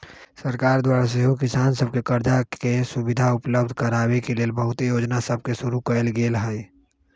सरकार द्वारा सेहो किसान सभके करजा के सुभिधा उपलब्ध कराबे के लेल बहुते जोजना सभके शुरु कएल गेल हइ